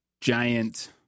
giant